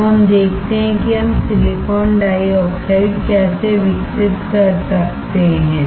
अब हम देखते हैं कि हम सिलिकॉन डाइऑक्साइड कैसे विकसित कर सकते हैं